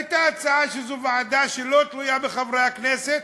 הייתה הצעה שזו ועדה שלא תלויה בחברי הכנסת,